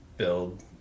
build